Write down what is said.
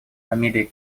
фамилии